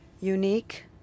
unique